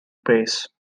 bryce